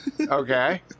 Okay